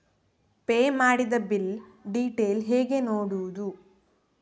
Pay ಮಾಡಿದ bill detail ಹೇಗೆ ನೋಡುವುದು?